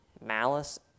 malice